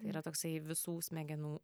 yra toksai visų smegenų